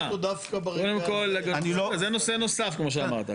קודם כל, זה נושא נוסף מה שאמרת.